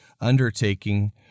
undertaking